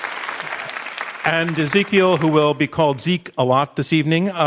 um and ezekiel, who will be called zeke a lot this evening,